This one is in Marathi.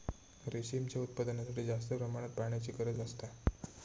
रेशीमच्या उत्पादनासाठी जास्त प्रमाणात पाण्याची गरज असता